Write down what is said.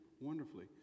wonderfully